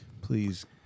please